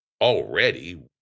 Already